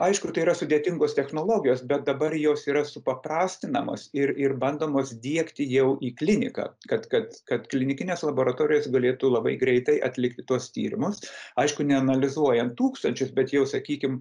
aišku tai yra sudėtingos technologijos bet dabar jos yra supaprastinamos ir ir bandomos diegti jau į kliniką kad kad kad klinikinės laboratorijos galėtų labai greitai atlikti tuos tyrimus aišku neanalizuojant tūkstančius bet jau sakykim